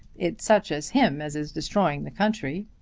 it's such as him as is destroying the country.